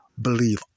believe